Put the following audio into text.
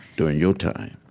during your time.